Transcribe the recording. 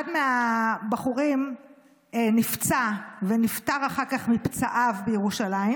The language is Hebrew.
אחד מהבחורים נפצע ונפטר אחר כך מפצעיו בירושלים.